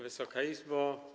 Wysoka Izbo!